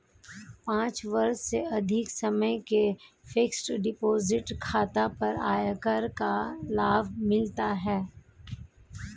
पाँच वर्ष से अधिक समय के फ़िक्स्ड डिपॉज़िट खाता पर आयकर का लाभ मिलता है